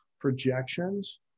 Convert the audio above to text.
projections